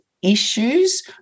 issues